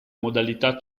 modalità